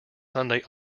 sunday